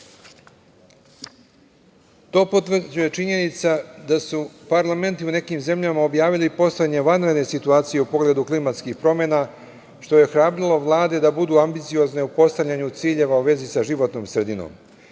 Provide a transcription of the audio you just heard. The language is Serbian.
To potvrđuje činjenica da su u parlamentima nekih zemalja objavili postojanje vanredne situacije u pogledu klimatskih promena, što je ohrabrilo vlade da budu ambiciozne u postavljanju ciljeva u vezi sa životnom sredinom.